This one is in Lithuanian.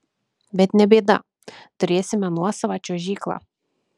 bet ne bėda turėsime nuosavą čiuožyklą